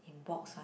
in box one